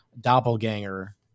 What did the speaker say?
doppelganger